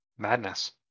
madness